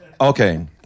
Okay